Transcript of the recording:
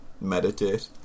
meditate